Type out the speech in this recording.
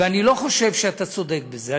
ואני לא חושב שאתה צודק בזה.